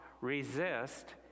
resist